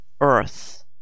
earth